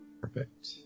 Perfect